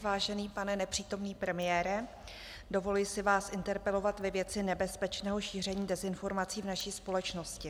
Vážený pane nepřítomný premiére, dovoluji si vás interpelovat ve věci nebezpečného šíření dezinformací v naší společnosti.